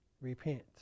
Repent